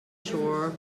shore